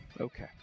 Okay